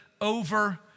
over